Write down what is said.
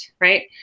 Right